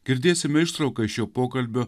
girdėsime ištrauką iš jo pokalbio